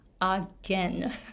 again